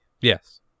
Yes